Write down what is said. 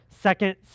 second